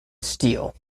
steele